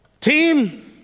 Team